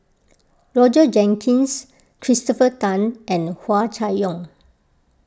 Roger Jenkins Christopher Tan and Hua Chai Yong